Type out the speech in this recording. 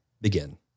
Begin